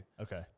Okay